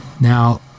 Now